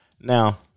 Now